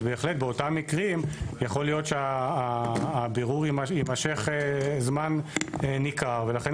אז בהחלט באותם מקרים יכול להיות שהבירור יימשך זמן ניכר ולכן